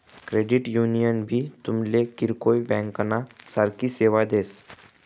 credit union भी तुमले किरकोय ब्यांकना सारखी सेवा देस